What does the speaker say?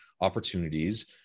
opportunities